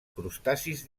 crustacis